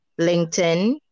LinkedIn